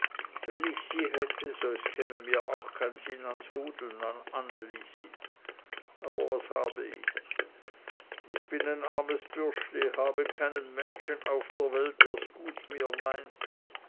wenn ich sie hätte es käme mir auch kein sinn ans hudeln an anne lisi aber was habe ich ich bin ein armes bürschli habe keinen menschen auf der welt ders gut mit mir meint